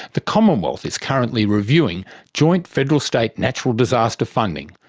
the commonwealth is currently reviewing joint federal state natural disaster funding,